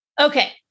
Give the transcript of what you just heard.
Okay